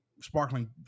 sparkling